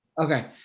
okay